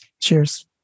cheers